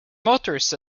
motors